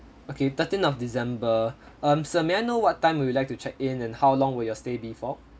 okay thirteen of december um sir may I know what time would you like to check in and how long will your stay be for